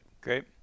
Great